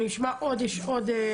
אני אשמע עוד נציגים.